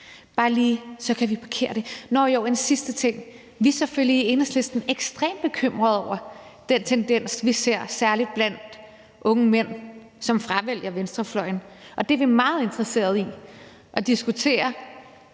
bare lige, så vi kan parkere det, og der er også en sidste ting: Vi er i Enhedslisten selvfølgelig ekstremt bekymrede over den tendens, vi ser, særlig blandt unge mænd, som fravælger venstrefløjen, og det er vi meget interesserede i at diskutere